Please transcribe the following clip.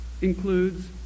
includes